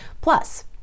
Plus